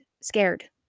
scared